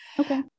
Okay